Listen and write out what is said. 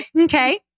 okay